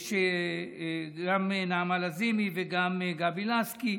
גם נעמה לזימי וגם גבי לסקי,